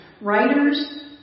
writers